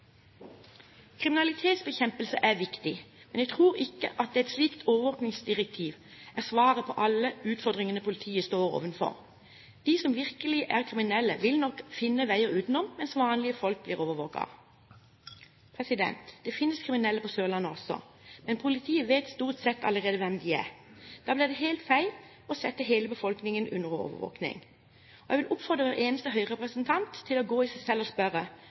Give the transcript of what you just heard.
Kriminalitetsbekjempelse er viktig, men jeg tror ikke at et slikt overvåkningsdirektiv er svaret på alle utfordringene politiet står overfor. De som virkelig er kriminelle, vil nok finne veier utenom, mens vanlige folk blir overvåket. Det finnes kriminelle på Sørlandet også, men politiet vet stort sett allerede hvem de er. Da blir det helt feil å sette hele befolkningen under overvåkning. Jeg vil oppfordre hver eneste Høyre-representant til å gå i seg selv og spørre: